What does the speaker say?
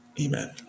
Amen